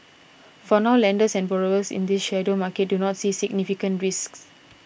for now lenders and borrowers in this shadow market do not see significant risks